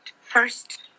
first